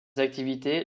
activités